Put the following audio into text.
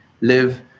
live